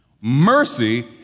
Mercy